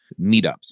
meetups